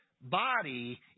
body